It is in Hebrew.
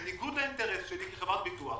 בניגוד לאינטרס שלי כחברת ביטוח.